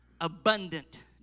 Abundant